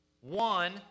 One